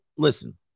Listen